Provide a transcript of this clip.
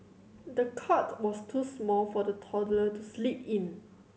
the cot was too small for the toddler to sleep in